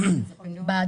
אדוני היושב-ראש,